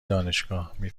دانشگاهمی